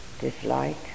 dislike